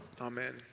Amen